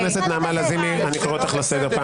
חברת הכנסת נעמה לזימי, אני קורא אותך לסדר.